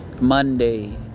Monday